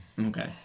Okay